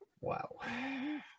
Wow